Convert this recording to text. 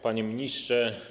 Panie Ministrze!